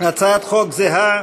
הצעת חוק זהה,